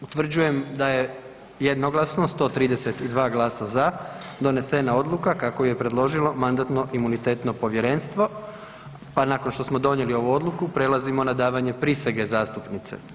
Utvrđujem da je jednoglasno 132 glasa za donesena odluka kako ju je predložilo Mandatno-imunitetno povjerenstvo pa nakon što smo donijeli ovu odluku prelazimo na davanje prisege zastupnice.